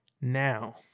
now